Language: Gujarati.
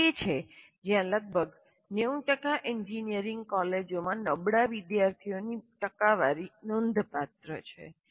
આ તે છે જ્યાં લગભગ 90 એન્જિનિયરિંગ કોલેજોમાં નબળા વિદ્યાર્થીઓની ટકાવારી નોંધપાત્ર છે